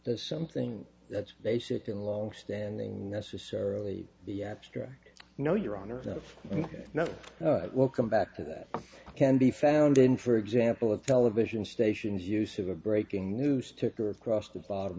there's something that's basic in long standing necessarily the abstract no your honor no no welcome back to that can be found in for example a television stations use of a breaking news ticker across the bottom